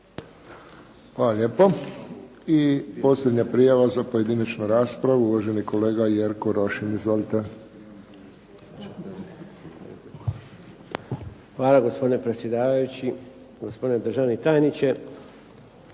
Josip (HSS)** I posljednja prijava za pojedinačnu raspravu, uvaženi kolega Jerko Rošin. Izvolite. **Rošin, Jerko (HDZ)** Hvala gospodine predsjedavajući, gospodine državni tajniče.